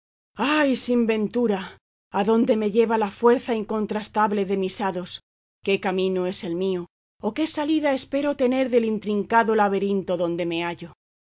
ay sin ventura adónde me lleva la fuerza incontrastable de mis hados qué camino es el mío o qué salida espero tener del intricado laberinto donde me hallo